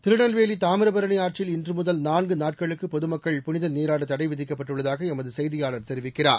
திருநெல்வேலி தாமிரபரணி ஆற்றில் இன்று முதல் நான்கு நாட்களுக்கு பொதுமக்கள் புனித நீராட தடை விதிக்கப்பட்டுள்ளதாக எமது செய்தியாளர் தெரிவிக்கிறார்